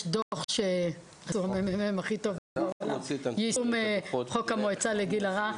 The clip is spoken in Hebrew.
יש דו"ח שעשו מרים אחיטוב --- יישום המועצה לגיל הרך.